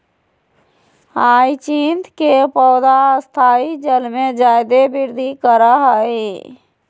hyacinth के पौधा स्थायी जल में जादे वृद्धि करा हइ